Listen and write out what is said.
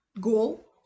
goal